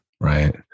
Right